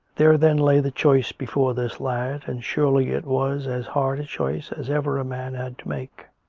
there then lay the choice before this lad, and surely it was as hard a choice as ever a man had to make.